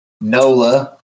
NOLA